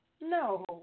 No